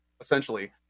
essentially